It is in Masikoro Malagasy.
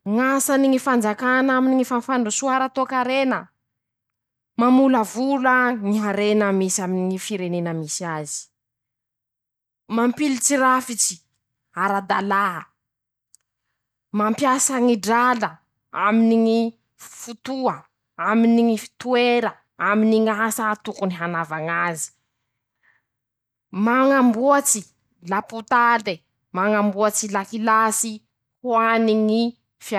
Ñ'asany ñy fanjakana aminy ñy fapandrosoa ara-toakarena: - Mamolavola ñy harena misy aminy ñy firenena misy azy. -Mampilitsy rafitsy ara-dalà: mampiasa ñy drala aminy ñy fotoa, aminy ñy f toera, aminy ñ'asa tokony hanava ñazy, mañamboatsy lapotale, mañamboatsy lakilasy ho any ñy.